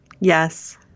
yes